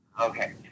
Okay